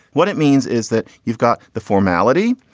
what it means is that you've got the formality.